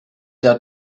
der